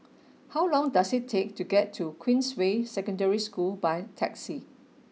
how long does it take to get to Queensway Secondary School by taxi